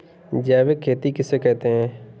जैविक खेती किसे कहते हैं?